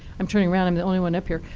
i'm turning around. i'm the only one up here.